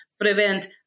prevent